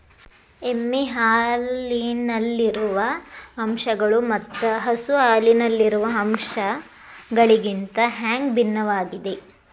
ಎಮ್ಮೆ ಹಾಲಿನಲ್ಲಿರುವ ಅಂಶಗಳು ಮತ್ತ ಹಸು ಹಾಲಿನಲ್ಲಿರುವ ಅಂಶಗಳಿಗಿಂತ ಹ್ಯಾಂಗ ಭಿನ್ನವಾಗಿವೆ?